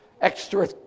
extra